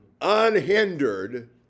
unhindered